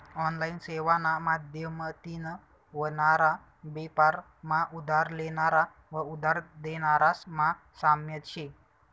online सेवाना माध्यमतीन व्हनारा बेपार मा उधार लेनारा व उधार देनारास मा साम्य शे